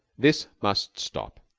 this must stop.